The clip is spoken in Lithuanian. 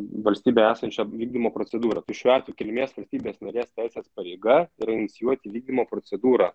valstybėj esančią vykdymo procedūrą tai šiuo atveju kilmės valstybės narės teisės pareiga yra inicijuoti vykdymo procedūrą